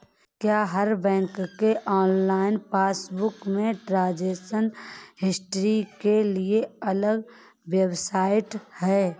क्या हर बैंक के ऑनलाइन पासबुक में ट्रांजेक्शन हिस्ट्री के लिए अलग वेबसाइट है?